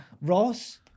Ross